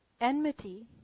enmity